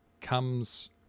comes